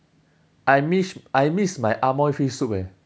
I miss I miss my amoy fish soup eh